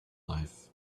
life